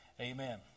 Amen